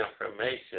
information